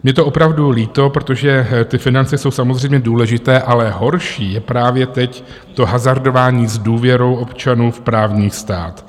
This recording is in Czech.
Mně je to opravdu líto, protože ty finance jsou samozřejmě důležité, ale horší je právě teď to hazardování s důvěrou občanů v právní stát.